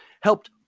helped